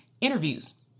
interviews